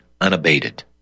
unabated